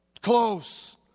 Close